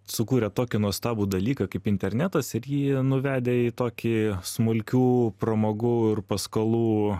sukūrę tokį nuostabų dalyką kaip internetas ir jį nuvedę į tokį smulkių pramogų ir paskolų